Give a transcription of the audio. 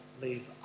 leave